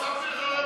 הוספתי לך רבע שעה.